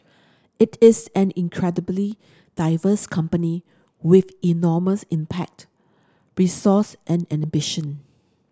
it is an incredibly diverse company with enormous impact resource and ambition